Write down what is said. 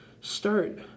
start